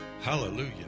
Hallelujah